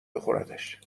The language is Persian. بخوردش